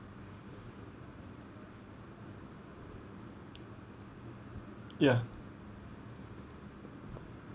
ya